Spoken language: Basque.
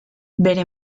bere